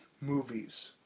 movies